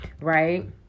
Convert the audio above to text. right